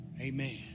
Amen